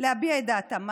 להביע את דעתם.